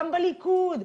גם בליכוד.